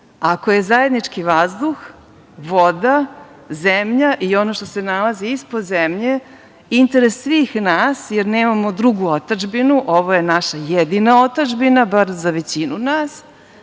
Ako je zajednički vazduh, voda, zemlja i ono što se nalazi ispod zemlje, interes svih nas, jer nemamo drugu otadžbinu, ovo je naša jedina otadžbina, bar za većinu nas,